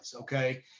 okay